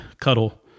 cuddle